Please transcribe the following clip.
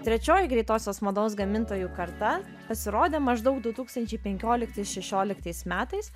trečioji greitosios mados gamintojų karta pasirodė maždaug du tūkstančiai penkioliktais šešioliktais metais